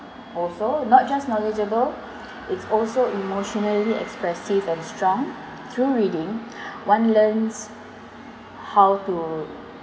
also not just knowledgeable it's also emotionally expressive and strong through reading one learns how to